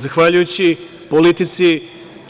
Zahvaljujući politici